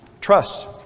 trust